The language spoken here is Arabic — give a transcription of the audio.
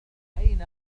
أين